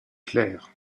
clair